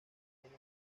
tiene